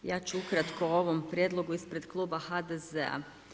Ja ću ukratko o ovom prijedlogu ispred kluba HDZ-a.